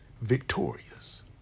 victorious